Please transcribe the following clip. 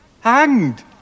Hanged